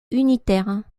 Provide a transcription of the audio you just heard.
unitaires